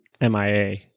MIA